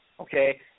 Okay